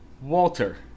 Walter